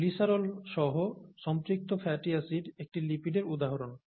glycerol সহ সম্পৃক্ত fatty acid একটি লিপিডের উদাহরণ